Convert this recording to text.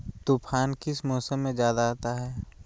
तूफ़ान किस मौसम में ज्यादा आता है?